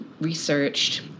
researched